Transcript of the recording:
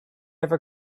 ever